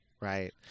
Right